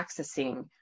accessing